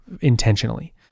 intentionally